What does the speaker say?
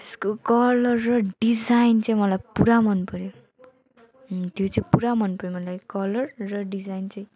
यसको कलर र डिजाइन चाहिँ मलाई पुरा मन पर्यो त्यो चाहिँ पुरा मनपर्यो मलाई कलर र डिजाइन चाहिँ